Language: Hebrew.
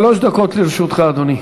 שלוש דקות לרשותך, אדוני.